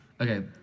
Okay